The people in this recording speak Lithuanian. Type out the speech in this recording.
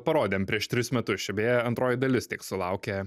parodėm prieš tris metus čia beje antroji dalis tiek sulaukė